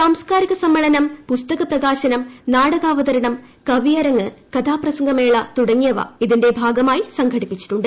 സാംസ്കാരിക സമ്മേളനം പുസ്തക പ്രകാശനം നാടകാവതരണം കവിയരങ്ങ് കഥാപ്രസംഗമേള തുടങ്ങിയവ ഇതിന്റെ ഭാഗമായി സംഘടിപ്പിച്ചിട്ടുണ്ട്